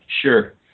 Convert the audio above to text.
Sure